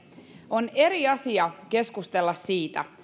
on eri asia keskustella siitä